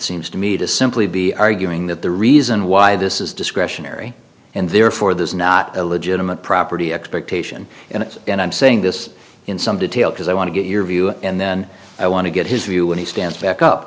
seems to me to simply be arguing that the reason why this is discretionary and therefore there's not a legitimate property expectation and then i'm saying this in some detail because i want to get your view and then i want to get his view when he stands back up